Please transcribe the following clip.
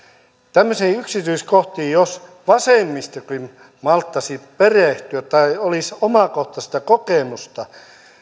tämmöisiin yksityiskohtiin vasemmistokin malttaisi perehtyä tai heillä olisi omakohtaista kokemusta